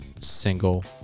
single